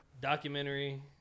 Documentary